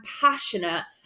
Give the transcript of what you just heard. passionate